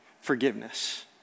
forgiveness